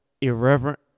irreverent